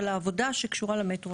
על העבודה שקשורה למטרו?